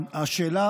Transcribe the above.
השאלה